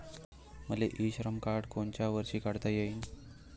मले e Shram card कोनच्या वर्षी काढता येईन?